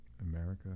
America